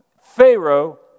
Pharaoh